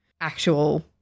actual